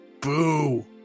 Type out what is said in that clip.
Boo